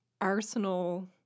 Arsenal